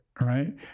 Right